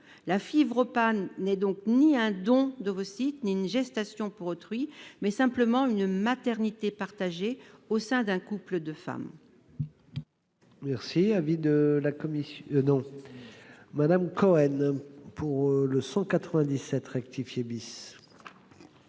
La FIV-ROPA n'est ni un don d'ovocytes ni une gestation pour autrui ; c'est simplement une maternité partagée au sein d'un couple de femmes.